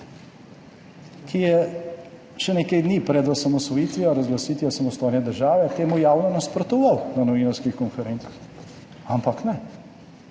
ki je še nekaj dni pred osamosvojitvijo, razglasitvijo samostojne države, temu javno nasprotoval na novinarskih konferencah. Ampak ne,